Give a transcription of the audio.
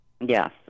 Yes